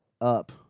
Up